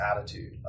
attitude